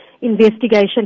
investigation